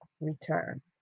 return